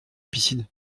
piscine